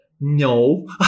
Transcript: no